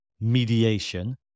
mediation